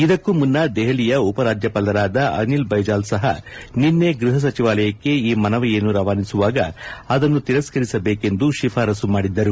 ಇದಕ್ಕೂ ಮುನ್ನ ದೆಹಲಿಯ ಉಪರಾಜ್ಯಪಾಲರಾದ ಅನಿಲ್ ಬೈಜಲ್ ಸಹ ನಿನ್ನೆ ಗೃಹಸಚಿವಾಲಯಕ್ಕೆ ಈ ಮನವಿಯನ್ನು ರವಾನಿಸುವಾಗ ಅದನ್ನು ತಿರಸ್ಕರಿಸಬೇಕೆಂದು ಶಿಫಾರಸ್ಸು ಮಾಡಿದ್ದರು